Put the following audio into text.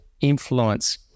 influence